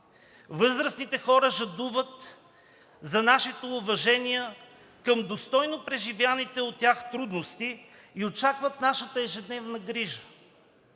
Възрастните хора жадуват за нашето уважение към достойно преживените от тях трудности и очакват нашата ежедневна грижа.